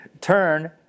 Turn